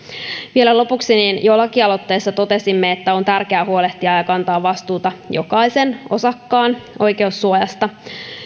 vielä lopuksi jo lakialoitteessamme totesimme että on tärkeää huolehtia ja kantaa vastuuta jokaisen osakkaan oikeussuojasta